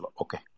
Okay